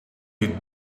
you